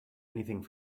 anything